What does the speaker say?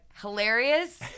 Hilarious